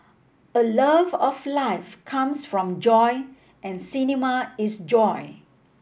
a love of life comes from joy and cinema is joy